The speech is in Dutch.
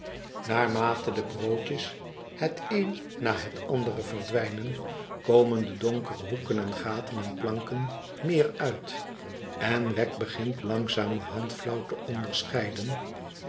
naarmate de brpodjes het een na het andere verdwijnen komen de donkere hoeken en gaten en planken meer uit en wegg begint langzamerhand flauw te onderscheiden